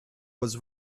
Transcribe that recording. was